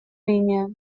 линия